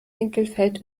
winkelfeld